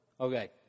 Okay